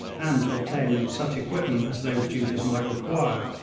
and to obtain such equipment as those duties might require,